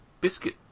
biscuit